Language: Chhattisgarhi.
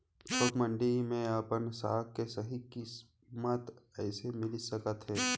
थोक मंडी में अपन साग के सही किम्मत कइसे मिलिस सकत हे?